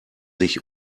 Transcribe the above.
sich